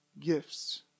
gifts